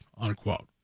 unquote